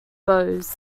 bose